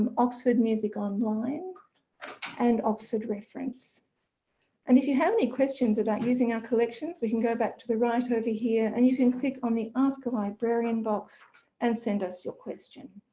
um oxford music online and oxford reference and if you have any questions about using our collections we can go back to the right over here and you can click on the ask a librarian box and send us your question.